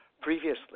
Previously